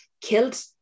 killed